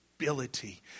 ability